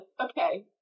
okay